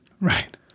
right